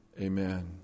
Amen